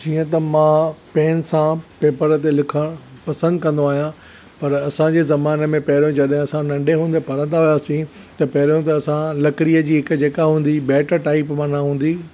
जीअं त मां पैन सां पेपर ते लिखणु पसंदि कंदो आहियां पर असांजे ज़माने में पंहिरियों जॾहिं असां नंढे हूंदे पढ़ंदा हुआसीं त पहिरियों त असां लकड़ीअ जी हिक जेका हूंदी हुई बैट टाइप माना हूंदी हुई